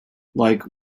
like